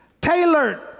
tailored